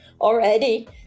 already